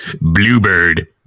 Bluebird